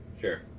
Sure